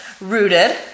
rooted